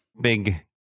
big